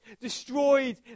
destroyed